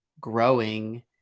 growing